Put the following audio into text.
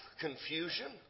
confusion